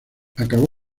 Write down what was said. acabó